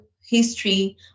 history